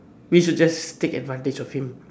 we should just take advantage of him